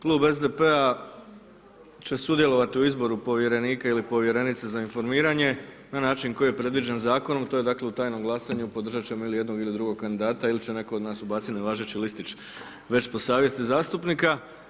Klub SDP-a će sudjelovati u izboru povjerenika ili povjerenice za informiranje, na način kojoj je predviđen zakonom, a to je dakle, u tajnom glasanju, podržati ćemo ili jednog ili drugog kandidata ili će netko od nas ubaciti nevažeći listić već po savjesti zastupnika.